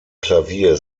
klavier